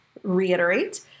reiterate